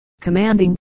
Commanding